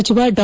ಸಚಿವ ಡಾ